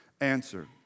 answer